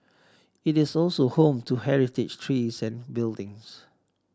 it is also home to heritage trees and buildings